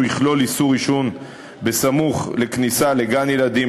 יכלול איסור עישון סמוך לכניסה לגן-ילדים,